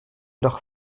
leur